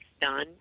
done